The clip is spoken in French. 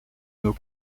nos